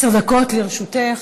עשר דקות לרשותך.